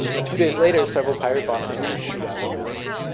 and a few days later, several pirate bosses had a shootout over that money.